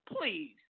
Please